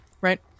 Right